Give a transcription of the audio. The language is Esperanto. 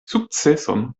sukceson